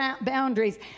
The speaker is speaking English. boundaries